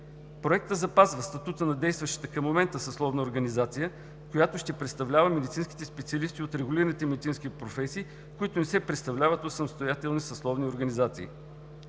Проектът запазва статута на действащата към момента съсловна организация, която ще представлява медицинските специалисти от регулираните медицински професии, които не се представляват от самостоятелни съсловни организации.